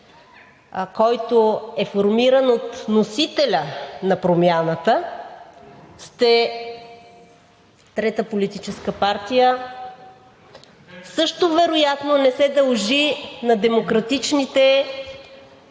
който е формиран от носителя на промяната, сте трета политическа партия, също вероятно не се дължи на демократичните избори,